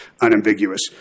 unambiguous